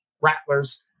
Rattlers